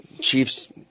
Chiefs